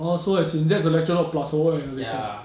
orh so as in that's the lecture note plus all the other information